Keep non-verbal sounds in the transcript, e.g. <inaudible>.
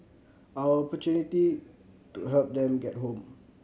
our <unintelligible> to help them get home